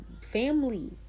family